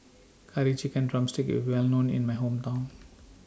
Curry Chicken Drumstick IS Well known in My Hometown